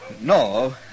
No